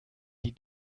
die